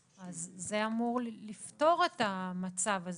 זה אמור לפתור את המצב הזה.